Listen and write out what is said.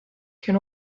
can